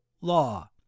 law